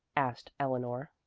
asked eleanor.